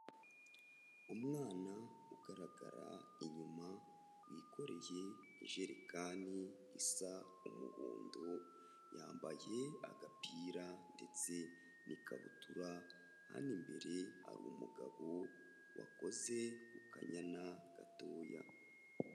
Umwana ugaragara inyuma wikoreye ijerekani isa umuhondo, yambaye agapira ndetse n'ikabutura, hano imbere hari umugabo wakoze ku kanyana gatoya.